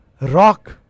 rock